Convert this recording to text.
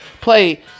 play